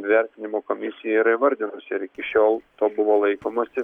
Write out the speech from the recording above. vertinimo komisija yra įvardinusi ir iki šiol to buvo laikomasi